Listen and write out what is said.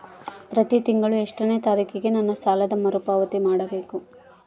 ಪ್ರತಿ ತಿಂಗಳು ಎಷ್ಟನೇ ತಾರೇಕಿಗೆ ನನ್ನ ಸಾಲದ ಮರುಪಾವತಿ ಮಾಡಬೇಕು?